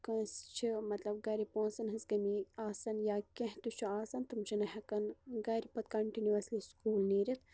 کٲنٛسہِ چھِ مَطلَب گَرٕ پونسَن ہٕنٛز کمی آسان یا کینٛہہ تہِ چھُ آسان تم چھِ نہٕ ہیٚکان گَرٕ پَتہٕ کَنٹنیوسلی سُکول نیٖرِتھ